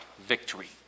victory